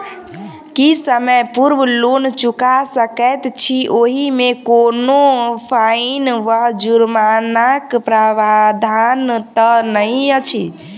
की समय पूर्व लोन चुका सकैत छी ओहिमे कोनो फाईन वा जुर्मानाक प्रावधान तऽ नहि अछि?